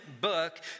book